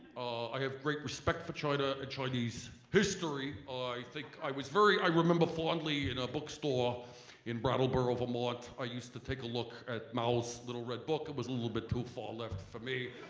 i have great respect for china and chinese history. i think i was very, i remember fondly in a bookstore in brattleboro, vermont i used to take a look at maois little red book it was a little bit too far left for me.